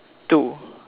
two